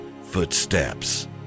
footsteps